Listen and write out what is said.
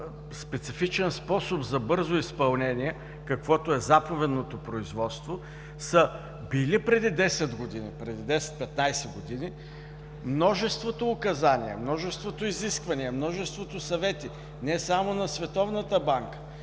специфичен способ за бързо изпълнение, каквото е заповедното производство, са били преди 10-15 години множеството указания, множеството изисквания, множеството съвети не само на Световната банка,